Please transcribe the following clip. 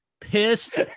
pissed